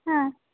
ಹಾಂ